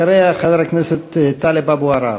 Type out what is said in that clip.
אחריה, חבר הכנסת טלב אבו עראר.